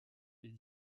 est